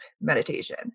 meditation